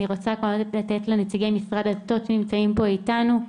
אני רוצה לתת לנציגי משרד הדתות שנמצאים פה אתנו,